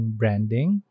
branding